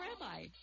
rabbi